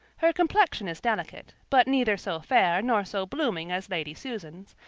her complexion is delicate, but neither so fair nor so blooming as lady susan's,